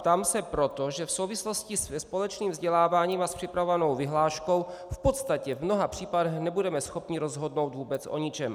Ptám se proto, že v souvislosti se společným vzděláváním a s připravovanou přihláškou v podstatě v mnoha případech nebudeme schopni rozhodnout vůbec o ničem.